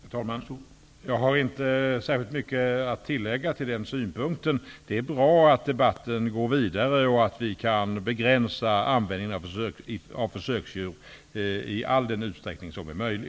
Herr talman! Jag har inte särskilt mycket att tillägga till den synpunkten. Det är bra att debatten går vidare och att vi kan begränsa användningen av försöksdjur i all den utsträckning som är möjlig.